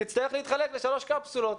תצטרך להתחלק לשלוש קפסולות.